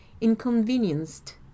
inconvenienced